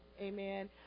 Amen